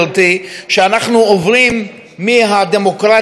שאנחנו עוברים מהדמוקרטיה הליברלית,